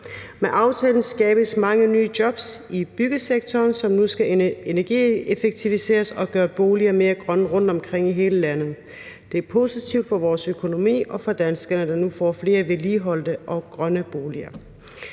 Med aftalen skabes mange nye jobs i byggesektoren, som nu skal energieffektiviseres og gøre boliger mere grønne rundtomkring i hele landet. Det er positivt for vores økonomi og for danskerne, der nu får flere vedligeholdte og grønne boliger.